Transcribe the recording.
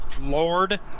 Lord